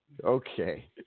Okay